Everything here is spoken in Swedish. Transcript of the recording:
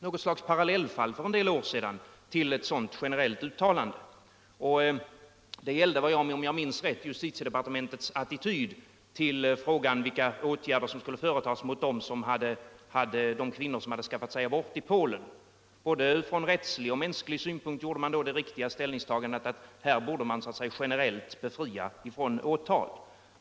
Något slags parallellfall till ett sådant generellt uttalande förekom för en del år sedan. Det gillde, om jug minns rätt, justitiedepartementets attityd ull frågan om vilka åtgärder som skulle vidtas mot de kvinnor som skaffat sig abort i Polen. Från både rättslig och mänsklig synpunkt gjordes då det riktiga ställningstagandet att här borde man generellt befria från åtal.